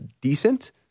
decent